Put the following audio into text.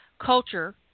culture